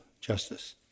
justice